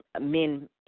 men